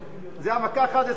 זה המכה ה-11.